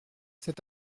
cet